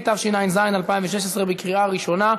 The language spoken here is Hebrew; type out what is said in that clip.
התשע"ז 2016, בקריאה ראשונה.